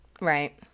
right